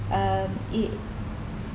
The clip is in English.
um it